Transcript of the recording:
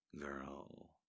girl